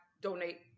donate